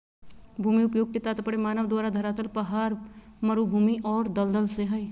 भूमि उपयोग के तात्पर्य मानव द्वारा धरातल पहाड़, मरू भूमि और दलदल से हइ